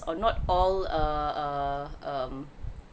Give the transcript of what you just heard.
or not all err err um